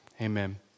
Amen